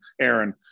Aaron